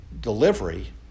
delivery